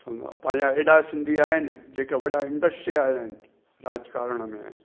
पांजा अहिड़ा सिंधी आहिनि जेका वॾा इंडस्ट्री वारा आहिनि राजकारण में